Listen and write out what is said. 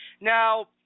Now